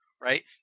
right